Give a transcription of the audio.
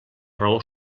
raó